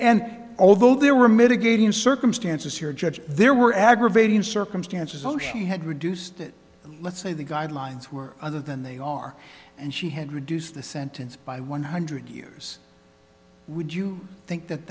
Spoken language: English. and although there were mitigating circumstances here judge there were aggravating circumstances so she had reduced it let's say the guidelines were other than they are and she had reduced the sentence by one hundred years would you think that